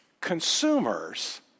consumers